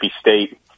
State